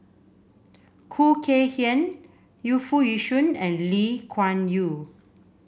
Khoo Kay Hian Yu Foo Yee Shoon and Lee Kuan Yew